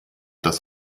das